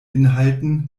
inhalten